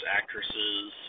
actresses